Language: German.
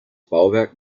bauwerk